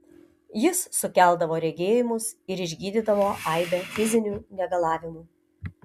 jis sukeldavo regėjimus ir išgydydavo aibę fizinių negalavimų